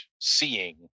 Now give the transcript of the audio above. seeing